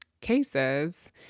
cases